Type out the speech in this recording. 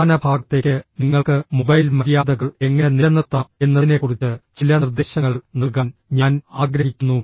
അവസാന ഭാഗത്തേക്ക് നിങ്ങൾക്ക് മൊബൈൽ മര്യാദകൾ എങ്ങനെ നിലനിർത്താം എന്നതിനെക്കുറിച്ച് ചില നിർദ്ദേശങ്ങൾ നൽകാൻ ഞാൻ ആഗ്രഹിക്കുന്നു